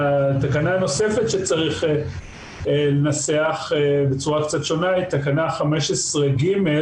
תקנה נוספת שצריך לנסח בצורה קצת שונה היא תקנה 15(ג).